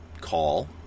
call